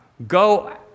Go